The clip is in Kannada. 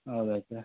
ಹೌದಾ ಸರ್